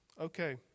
Okay